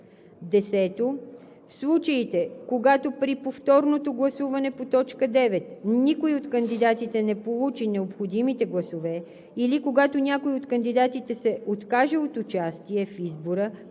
10. В случаите, когато при повторното гласуване по т. 9 никой от кандидатите не получи необходимите гласове или когато някой от кандидатите се откаже от участие в избора